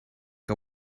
que